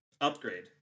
Upgrade